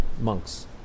monks